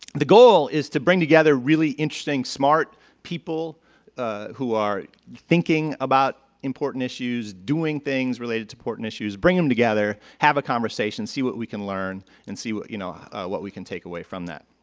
the goal is to bring together really interesting, smart people who are thinking about important issues, doing things related to important issues, bring them together have a conversation see what we can learn and see what you know what we can take away from that.